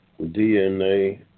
DNA